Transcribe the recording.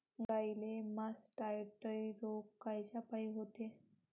गाईले मासटायटय रोग कायच्यापाई होते?